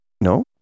No